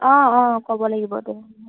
অঁ অঁ ক'ব লাগিব তেনেহ'লে